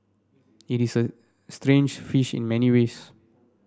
it is a strange fish in many ways